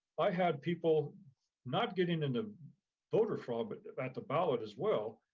i had people not getting into voter fraud but at the ballot as well,